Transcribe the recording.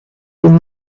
from